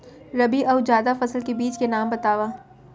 रबि अऊ जादा फसल के बीज के नाम बताव?